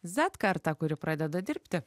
zet karta kuri pradeda dirbti